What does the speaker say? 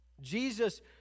Jesus